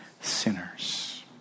sinners